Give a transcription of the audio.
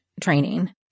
training